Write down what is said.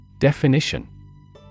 Definition